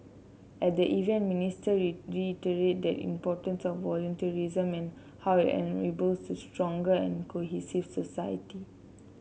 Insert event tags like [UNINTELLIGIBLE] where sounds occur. at the event Minister [UNINTELLIGIBLE] reiterated the importance of volunteerism and how it enables a stronger and cohesive society